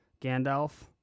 Gandalf